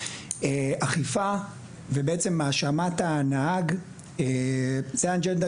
אכיפה ובעצם האשמת הנהג זה האג'נדה